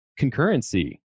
concurrency